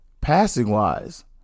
Passing-wise